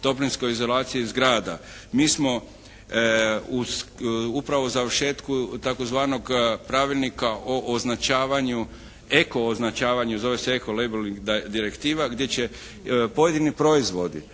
toplinskoj izolaciji zgrada. Mi smo upravo u završetku tzv. Pravilnika o označavanju, ekooznačavanju, zove se "ekolejbl" direktiva gdje će pojedini proizvodi